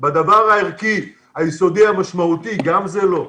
בדבר הערכי, היסודי, המשמעותי, גם זה לא.